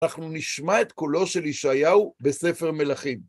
אנחנו נשמע את קולו של ישעיהו בספר מלכים.